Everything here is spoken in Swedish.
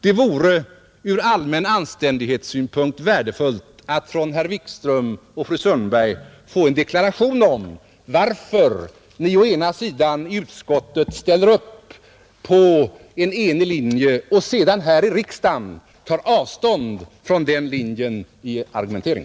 Det vore ur allmän anständighetssynpunkt värdefullt att från herr Wikström och fru Sundberg få en deklaration om varför ni först i utskottet ställer upp på en enig linje och sedan här i kammaren tar avstånd från den linjen i er argumentering.